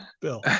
Bill